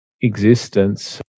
existence